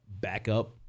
backup